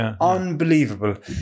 unbelievable